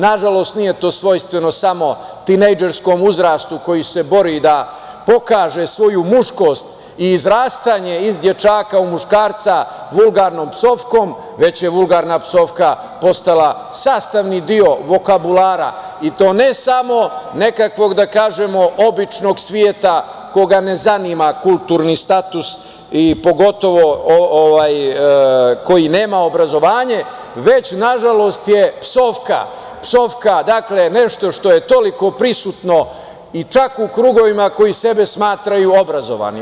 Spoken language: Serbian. Na žalost, nije to svojstveno samo tinejdžerskom uzrastu koji se bori da pokaže svoju muškost i izrastanje iz dečaka u muškarca vulgarnom psovkom, već je vulgarna psovka postala sastavni deo vokabulara i to ne samo nekakvog, da kažemo, običnog sveta koga ne zanima kulturni status, pogotovo koji nema obrazovanje, već na žalost psovka nešto što je toliko prisutno i čak u krugovima koji sebe smatraju obrazovanim.